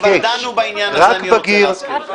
כבר דנו בעניין הזה, אני רוצה להזכיר לך.